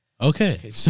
Okay